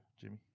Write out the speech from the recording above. Jimmy